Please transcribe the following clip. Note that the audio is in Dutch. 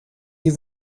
die